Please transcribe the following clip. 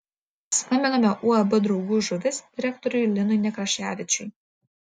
skambiname uab draugų žuvis direktoriui linui nekraševičiui